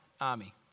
army